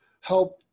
help